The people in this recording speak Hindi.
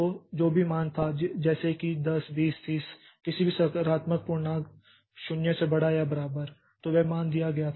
तो जो भी मान था जैसे कि 10 20 30 किसी भी सकारात्मक पूर्णांक 0 से बड़ा या बराबर तो वह मान दिया गया था